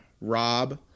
Rob